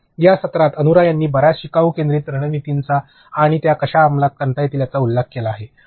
तर या सत्रात अनुरा यांनी बर्याच शिकाऊ केंद्रीत रणनीतींचा त्या कशा अंमलात आणता येतील याचा उल्लेख केला आहे